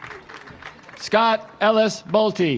scott ellis bolte